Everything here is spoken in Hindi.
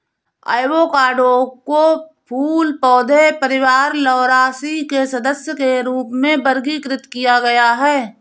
एवोकाडो को फूल पौधे परिवार लौरासी के सदस्य के रूप में वर्गीकृत किया गया है